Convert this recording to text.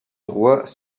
droits